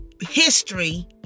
history